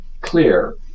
clear